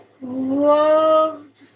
loved